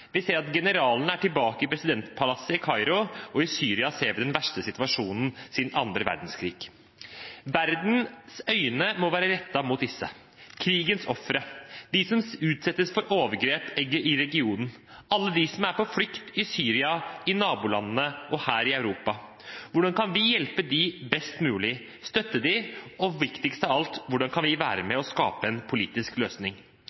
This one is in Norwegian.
Vi ser at generalene er tilbake i presidentpalasset i Kairo, og i Syria ser vi den verste situasjonen siden annen verdenskrig. Verdens øyne må være rettet mot disse: krigens ofre, de som utsettes for overgrep i regionen, alle de som er på flukt i Syria, i nabolandene og her i Europa. Hvordan kan vi hjelpe dem best mulig, støtte dem? Og viktigst av alt: Hvordan kan vi være med og skape en politisk løsning?